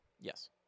Yes